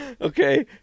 Okay